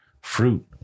fruit